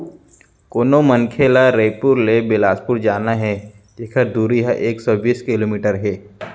कोनो मनखे ल रइपुर ले बेलासपुर जाना हे जेकर दूरी ह एक सौ बीस किलोमीटर हे